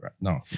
no